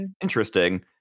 interesting